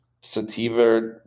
sativa